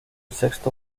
sexto